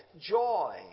joy